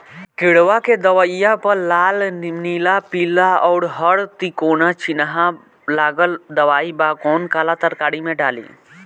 किड़वा के दवाईया प लाल नीला पीला और हर तिकोना चिनहा लगल दवाई बा कौन काला तरकारी मैं डाली?